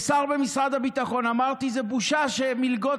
כשר במשרד הביטחון אמרתי: זו בושה שמלגות